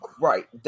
Right